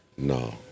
No